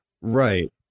Right